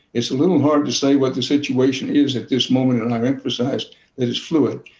it's a little hard to say what the situation is at this moment, and i emphasize that it's fluid.